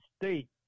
state